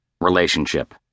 relationship